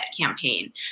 campaign